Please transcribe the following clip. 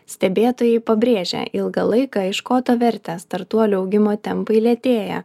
stebėtojai pabrėžia ilgą laiką iš koto vertę startuolių augimo tempai lėtėja